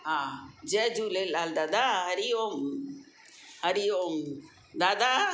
हा जय झूलेलाल दादा हरिओम हरिओम दादा